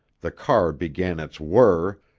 the car began its whirr,